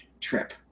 trip